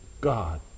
God